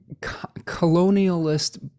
colonialist